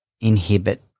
inhibit